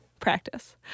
practice